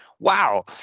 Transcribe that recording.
Wow